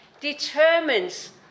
determines